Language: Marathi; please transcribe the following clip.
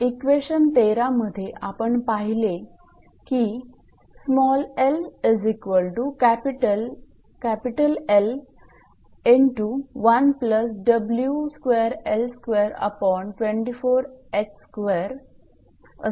इक्वेशन 13 मध्ये आपण पाहिले की असे असते